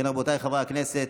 רבותיי חברי הכנסת,